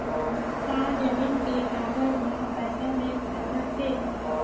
का जमीन के कागज म पईसा मिल सकत हे?